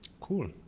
cool